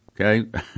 okay